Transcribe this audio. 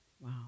wow